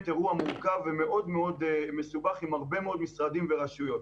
אירוע מורכב ומאוד מסובך עם הרבה מאוד משרדים ורשויות.